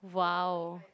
!wow!